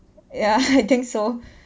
ya I think so